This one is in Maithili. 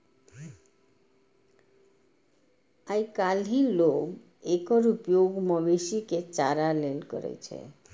आइकाल्हि लोग एकर उपयोग मवेशी के चारा लेल करै छै